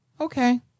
okay